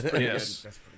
Yes